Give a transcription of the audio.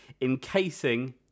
encasing